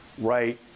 right